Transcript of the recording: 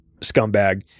scumbag